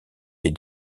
des